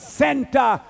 center